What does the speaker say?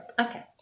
okay